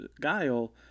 guile